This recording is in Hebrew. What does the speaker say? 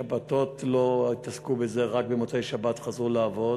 שבתות לא התעסקו בזה, רק במוצאי-שבת חזרו לעבוד,